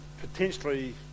potentially